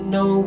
no